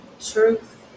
truth